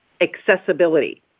accessibility